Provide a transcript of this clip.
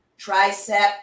tricep